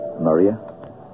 Maria